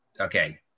okay